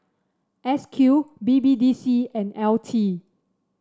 S Q B B D C and L T